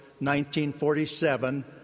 1947